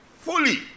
Fully